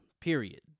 period